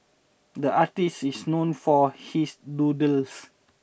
the artist is known for his doodles